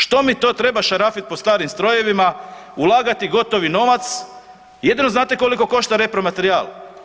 Što mi to treba šarafiti po starim strojevima, ulagati gotovi novac, jedino znate koliko košta repromaterijal?